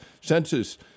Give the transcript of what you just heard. Census